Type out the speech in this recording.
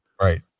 Right